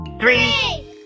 Three